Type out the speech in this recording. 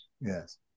yes